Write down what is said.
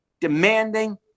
demanding